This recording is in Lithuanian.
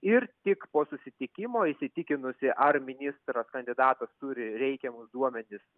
ir tik po susitikimo įsitikinusi ar ministro kandidatas turi reikiamus duomenis